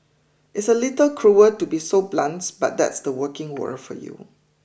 it's a little cruel to be so blunt but that's the working world for you